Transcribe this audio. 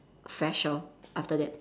fresh lor after that